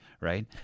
right